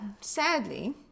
sadly